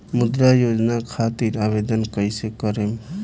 मुद्रा योजना खातिर आवेदन कईसे करेम?